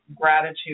gratitude